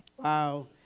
Wow